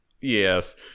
Yes